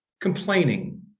complaining